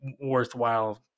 worthwhile